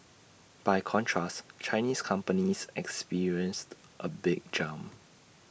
by contrast Chinese companies experienced A big jump